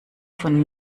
von